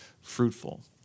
fruitful